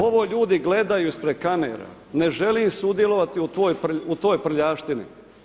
Ovo ljudi gledaju ispred kamera, ne želim sudjelovati u toj prljavštini.